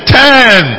ten